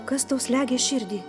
kas tau slegia širdį